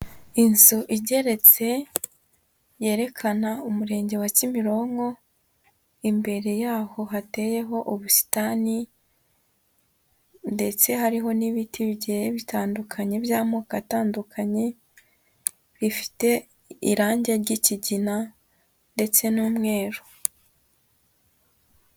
Inzu igeretse yerekana umurenge wa Kimironko, imbere yaho hateyeho ubusitani, ndetse hariho n'ibiti bike bitandukanye by'amoko atandukanye, bifite irangi ry'ikigina ndetse n'umweru.